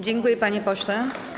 Dziękuję, panie pośle.